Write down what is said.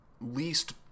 least